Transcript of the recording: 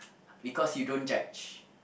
because you don't judge